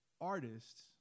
artists